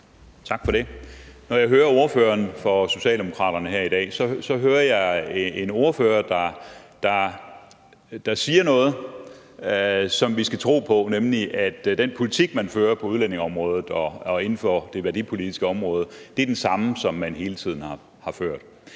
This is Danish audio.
Tak for det. Når jeg hører ordføreren for Socialdemokraterne her i dag, hører jeg en ordfører, der siger noget, som vi skal tro på, nemlig at den politik, man fører på udlændingeområdet og inden for det værdipolitiske område, er den samme, som man hele tiden har ført.